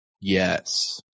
Yes